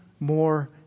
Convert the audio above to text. more